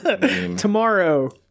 Tomorrow